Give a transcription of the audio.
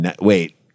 wait